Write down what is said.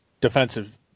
Defensive